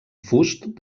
fust